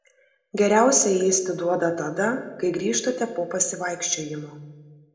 geriausia ėsti duoti tada kai grįžtate po pasivaikščiojimo